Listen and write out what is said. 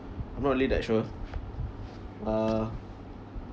not really that sure uh